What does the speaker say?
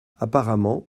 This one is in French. apparemment